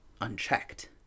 unchecked